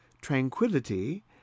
tranquility